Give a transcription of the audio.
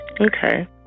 Okay